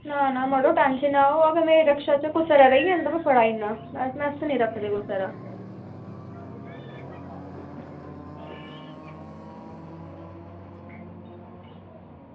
ना ना मड़ो तुस टेंशन निं लैओ मेरे ई रिक्शा च कुसै दा रेही जंदा में फड़ाई ओड़ना ते अस निं रक्खदे कुसै दा